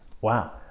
wow